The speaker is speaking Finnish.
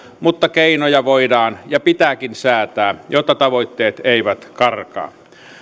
mutta keinoja voidaan ja pitääkin säätää jotta tavoitteet eivät karkaa